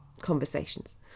conversations